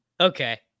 Okay